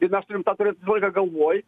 ir mes turim tą turėt visą laiką galvoj